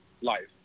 life